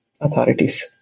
authorities